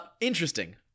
interesting